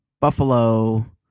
Buffalo –